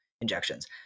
injections